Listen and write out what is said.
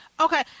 Okay